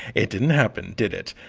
it didn't happen did it?